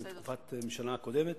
בתקופת הממשלה הקודמת.